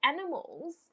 animals